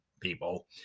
people